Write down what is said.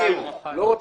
הסכימו.